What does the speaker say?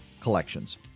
collections